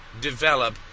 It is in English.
develop